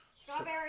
Strawberry